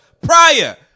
prior